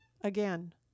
again